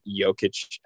Jokic